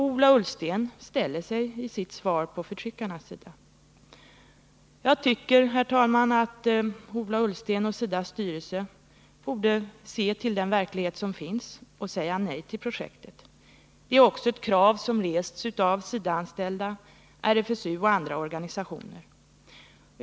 Ola Ullsten ställer sig i sitt svar på förtryckarnas sida. Jag tycker, herr talman, att Ola Ullsten och SIDA:s styrelse borde se till den verklighet som finns och säga nej till projektet. Det är också ett krav som rests av SIDA-anställda, RFSU och andra organisationer.